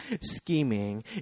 scheming